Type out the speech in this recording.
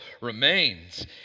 remains